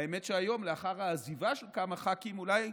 האמת שהיום, לאחר העזיבה של כמה ח"כים, אולי,